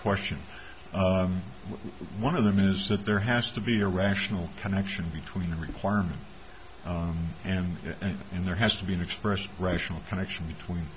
question one of them is that there has to be a rational connection between the requirement and in there has to be an expressed rational connection between